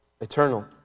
eternal